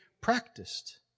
practiced